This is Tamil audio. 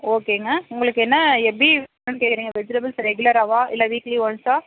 ஓகேங்க உங்களுக்கு என்ன எப்படி வேணும்னு கேட்குறீங்க வெஜிடபுள்ஸ் ரெகுலராவாக இல்லை வீக்லி ஒன்ஸா